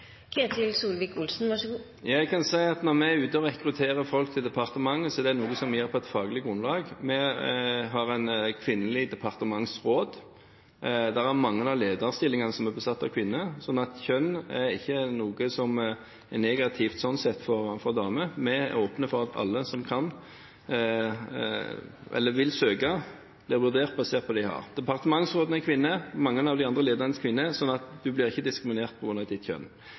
Jeg kan si at når vi er ute og rekrutterer folk til departementet, er det noe vi gjør på et faglig grunnlag. Vi har en kvinnelig departementsråd, det er mange av lederstillingene som er besatt av kvinner, så kjønn er ikke noe som slår negativt ut for damer. Vi er åpne for at alle som vil søke, blir vurdert basert på det de kan. Departementsråden er en kvinne, mange av de andre lederne er kvinner, slik at du blir ikke diskriminert på grunn av ditt kjønn.